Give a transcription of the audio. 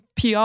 PR